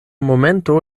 momento